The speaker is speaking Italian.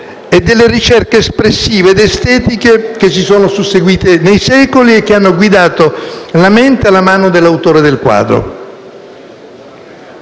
e delle ricerche espressive ed estetiche che si sono susseguite nei secoli e hanno guidato la mano e la mente dell'autore del quadro.